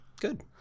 Good